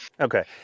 Okay